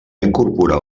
incorporar